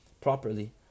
properly